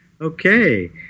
Okay